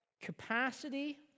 capacity